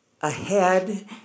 ahead